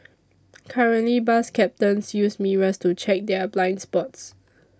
currently bus captains use mirrors to check their blind spots